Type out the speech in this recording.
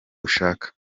ushaka